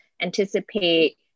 anticipate